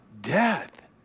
death